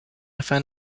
find